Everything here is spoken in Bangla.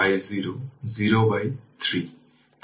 সুতরাং এটি এই পাথ নেবে এবং এটি এভাবেই যাবে